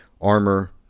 Armor